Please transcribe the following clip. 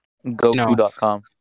goku.com